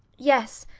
yes.